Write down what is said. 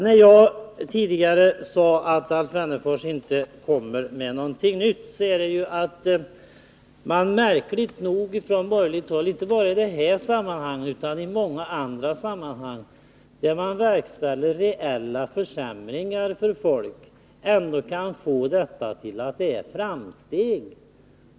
När jag tidigare sade att Alf Wennerfors inte kommer med någonting nytt syftade jag på att man märkligt nog från borgerligt håll, inte bara i detta sammanhang utan i många andra sammanhang, trots att man genomför reella försämringar för folk, ändå kan få det till att det är fråga om framsteg.